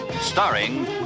starring